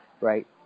right